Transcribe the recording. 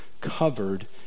covered